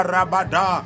Rabada